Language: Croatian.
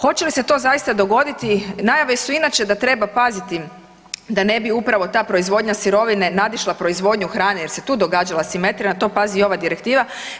Hoće li se to zaista dogoditi, najave su inače da treba paziti da ne bi upravo ta proizvodnja sirovine nadišla proizvodnju hrane jer se tu događala simetrija, na to pazi i ova direktiva.